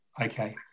Okay